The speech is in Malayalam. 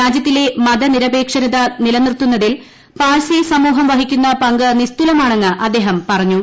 രാജ്യത്തിലെ മതനിരപേക്ഷരത നിർത്തുന്നതിൽ പാഴ്സി സമൂഹം വഹിക്കുന്ന പങ്ക് നിസ്തുലമാണെന്ന് അദ്ദേഹം പറഞ്ഞു